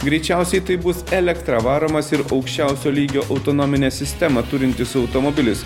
greičiausiai tai bus elektra varomas ir aukščiausio lygio autonominę sistemą turintis automobilis